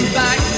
back